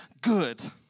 good